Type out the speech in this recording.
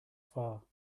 far